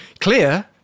Clear